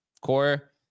core